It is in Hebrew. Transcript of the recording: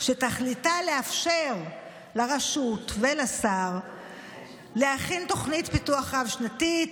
שתכליתה לאפשר לרשות ולשר להכין תוכנית פיתוח רב-שנתית,